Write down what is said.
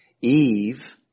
Eve